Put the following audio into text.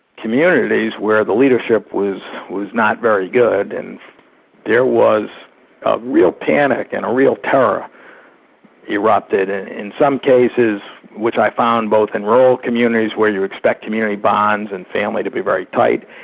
communities where the leadership was was not very good, and there was a real panic and a real terror erupted. and in some cases which i found both in and rural communities where you expect community bonds and family to be very tight,